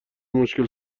مشکل